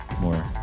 more